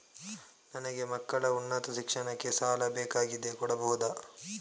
ನನಗೆ ಮಕ್ಕಳ ಉನ್ನತ ಶಿಕ್ಷಣಕ್ಕೆ ಸಾಲ ಬೇಕಾಗಿದೆ ಕೊಡಬಹುದ?